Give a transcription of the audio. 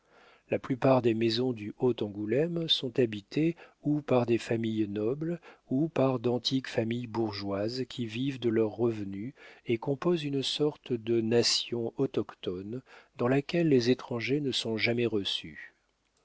la plupart des maisons du haut angoulême sont habitées ou par des familles nobles ou par d'antiques familles bourgeoises qui vivent de leurs revenus et composent une sorte de nation autochthone dans laquelle les étrangers ne sont jamais reçus